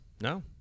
No